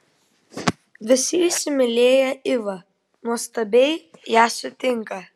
visi įsimylėję ivą nuostabiai ją sutinka